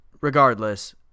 regardless